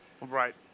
Right